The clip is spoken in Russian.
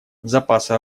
запасы